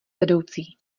vedoucí